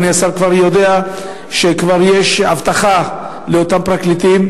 אדוני השר כבר יודע שכבר יש אבטחה לאותם פרקליטים.